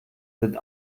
sind